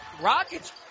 Rockets